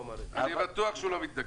אני בטוח שהוא לא מתנגד.